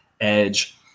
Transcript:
edge